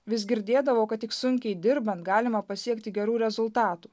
vis girdėdavau kad tik sunkiai dirbant galima pasiekti gerų rezultatų